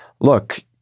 look